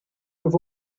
have